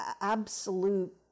absolute